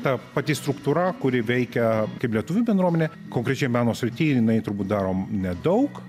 ta pati struktūra kuri veikia kaip lietuvių bendruomenė konkrečiai meno srity jinai turbūt daro nedaug